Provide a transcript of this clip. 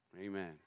Amen